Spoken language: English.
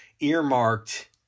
earmarked